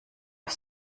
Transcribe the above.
auf